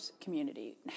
community